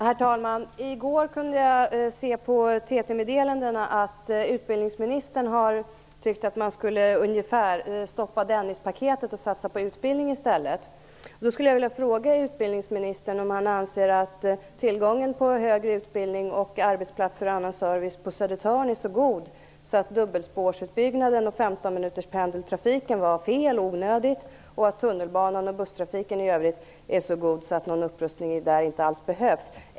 Herr talman! I går kunde jag se i TT meddelandena att utbildningsministern tycker att man skall stoppa Dennispaketet och satsa på utbildning i stället. Jag skulle då vilja fråga utbildningsministern om han anser att tillgången på högre utbildning, arbetsplatser och annan service på Södertörn är så god att dubbelspårsutbyggnaden och 15 minuterspendeltrafiken är felaktiga och onödiga, att tunnelbane och busstrafiken är så god att någon upprustning där inte alls behövs.